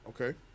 Okay